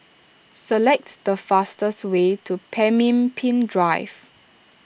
select the fastest way to Pemimpin Drive